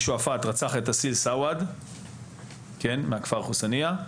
משועפט רצח את אסיל סואעד מהכפר חוסנייה,